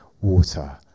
water